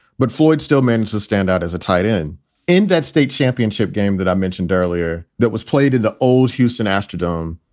but floyd still managed to stand out as a tight end in that state championship game that i mentioned earlier that was played in the old houston astrodome.